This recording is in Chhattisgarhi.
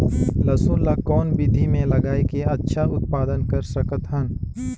लसुन ल कौन विधि मे लगाय के अच्छा उत्पादन कर सकत हन?